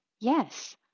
yes